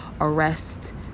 arrest